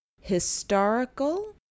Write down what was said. historical